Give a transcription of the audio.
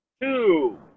two